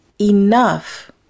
enough